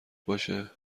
باشه